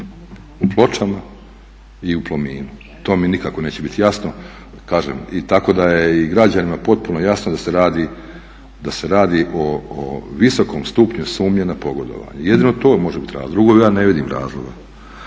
u Pločama i u Plominu. To mi nikako neće biti jasno, kažem tako da je i građanima potpuno jasno da se radi o visokom stupnju sumnje na pogodovanje, jedino to može biti razlog, drugo ja ne vidim razloga.